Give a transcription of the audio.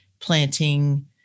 planting